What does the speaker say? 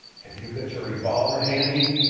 have you got your revolver handy?